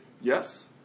yes